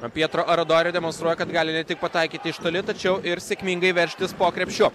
pietro aradori demonstruoja kad gali ne tik pataikyti iš toli tačiau ir sėkmingai veržtis po krepšiu